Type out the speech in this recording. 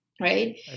right